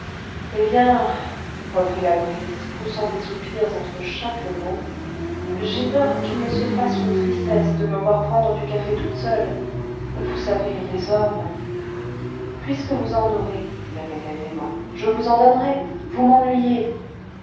eh bien reprit la nourrice poussant des soupirs entre chaque mot j'ai peur qu'il ne se fasse une tristesse de me voir prendre du café toute seule vous savez les hommes puisque vous en aurez répétait emma je vous en donnerai vous m'ennuyez